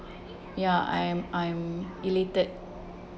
ya I'm I'm elated